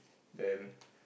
then